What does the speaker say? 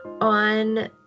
On